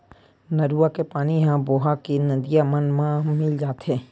नरूवा के पानी ह बोहा के नदिया मन म मिल जाथे